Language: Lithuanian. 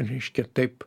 reiškia taip